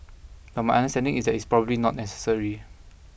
but my understanding is that it's probably not necessary